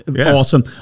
awesome